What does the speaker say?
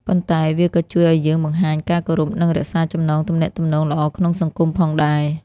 ប៉ុន្តែវាក៏ជួយឱ្យយើងបង្ហាញការគោរព និងរក្សាចំណងទំនាក់ទំនងល្អក្នុងសង្គមផងដែរ។